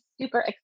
super